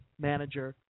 manager